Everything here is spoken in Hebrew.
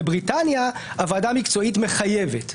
בבריטניה הוועדה המקצועית מחייבת,